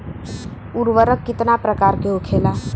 उर्वरक कितना प्रकार के होखेला?